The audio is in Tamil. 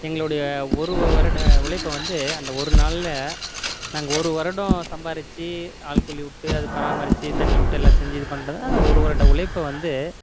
எங்களுடைய ஒரு வருட உழைப்ப வந்து அந்த ஒரு நாளில் நாங்கள் ஒரு வருடம் சம்பாரித்து ஆள் கூலிவிட்டு அது பராமரித்து தண்ணிவிட்டு எல்லாம் செஞ்சு இது பண்ணுறத அந்த ஒரு வருட உழைப்ப வந்து